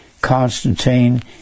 Constantine